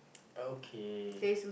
okay